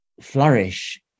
flourish